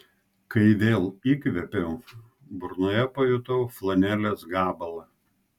kai vėl įkvėpiau burnoje pajutau flanelės gabalą